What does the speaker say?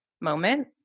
moment